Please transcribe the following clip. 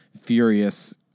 furious